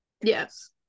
yes